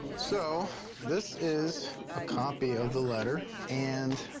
so this is a copy of the letter and